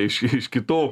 iš iš kitų